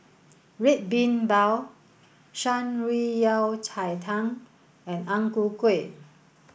Red Bean Bao Shan Rui Yao Cai Tang and Ang Ku Kueh